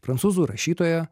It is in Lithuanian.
prancūzų rašytoja